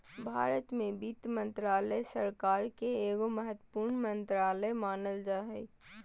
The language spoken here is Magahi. भारत के वित्त मन्त्रालय, सरकार के एगो महत्वपूर्ण मन्त्रालय मानल जा हय